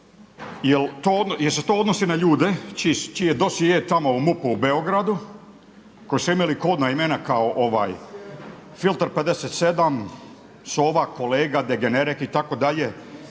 jel se to odnosi na ljude čiji je dosje tamo u MUP-u u Beogradu koji su imali kodna imena kao ovaj Filter 57, Sova, Kolega, Degenerek itd.